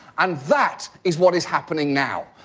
and that is what is happening now.